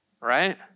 Right